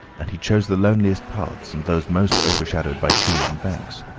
and he chose the loneliest paths and those most overshadowed by trees and banks.